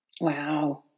Wow